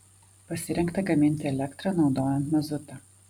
pasirengta gaminti elektrą naudojant mazutą